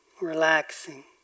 relaxing